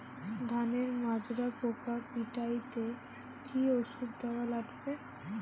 ধানের মাজরা পোকা পিটাইতে কি ওষুধ দেওয়া লাগবে?